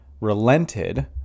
relented